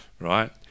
right